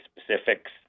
specifics